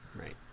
Right